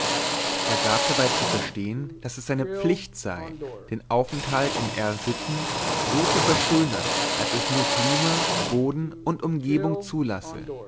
er gab dabei zu verstehen daß es seine pflicht sei den aufenthalt in r sitten so zu verschönern als es nur klima boden und umgebung zulasse